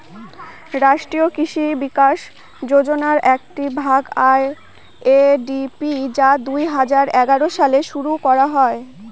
রাষ্ট্রীয় কৃষি বিকাশ যোজনার একটি ভাগ আর.এ.ডি.পি যা দুই হাজার এগারো সালে শুরু করা হয়